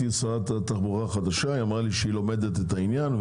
שרת התחבורה ואמרה שהיא לומדת את העניין.